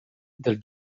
del